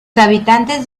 habitantes